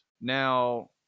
now